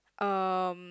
um